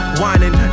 whining